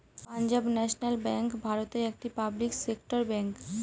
Punjab national bank ভারতের একটি public sector bank